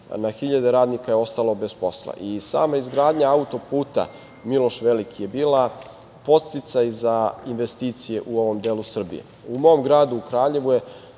na hiljade radnika je ostalo bez posla. Sama izgradnja autoputa Miloš Veliki je bila podsticaj za investicije u ovom delu Srbije.U mom gradu Kraljevu